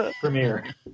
premiere